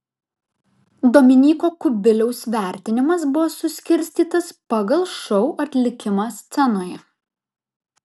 dominyko kubiliaus vertinimas buvo suskirstytas pagal šou atlikimą scenoje